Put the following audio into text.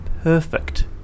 perfect